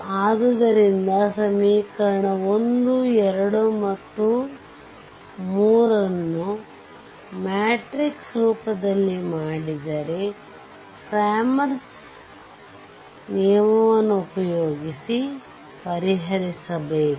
ಆದ್ದರಿಂದ ಸಮೀಕರಣ 1 2 ಮತ್ತು ಸಮೀಕರಣ 3 ಅದನ್ನು ಮ್ಯಾಟ್ರಿಕ್ಸ್ ರೂಪದಲ್ಲಿ ಮಾಡಿದರೆ ಮತ್ತು ಕ್ರಾಮರ್ಸ್ ನಿಯಮ ವನ್ನು ಉಪಯೋಗಿಸಿ ಪರಿಹರಿಸಬೇಕು